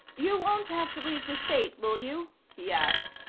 you won't have to leave the state, will you? he asked.